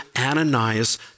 Ananias